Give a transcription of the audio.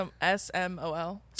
S-M-O-L